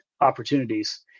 opportunities